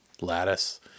lattice